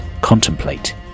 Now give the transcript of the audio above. Contemplate